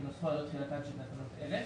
כנוסחו ערב תחילתן של תקנות אלה,